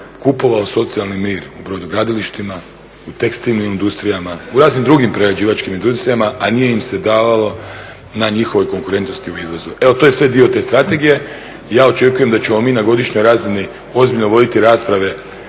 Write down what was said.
kupovao socijalni mir brodogradilištima, u tekstilnim industrijama, u raznim drugim prerađivačkim industrijama a nije im se dalo na njihovoj konkurentnosti u izvozu. Evo, to je sve dio te strategije. Ja očekujem da ćemo mi na godišnjoj razini ozbiljno voditi rasprave